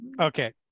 Okay